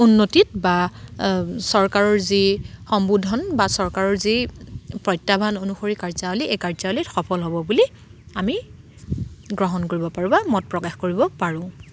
উন্নতিত বা চৰকাৰৰ যি সম্বোধন বা চৰকাৰৰ যি প্ৰত্যাহ্বান অনুসৰি কাৰ্যাৱলী সেই কাৰ্যাৱলীত সফল হ'ব বুলি আমি গ্ৰহণ কৰিব পাৰোঁ বা মত প্ৰকাশ কৰিব পাৰোঁ